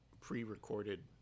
pre-recorded